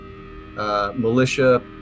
militia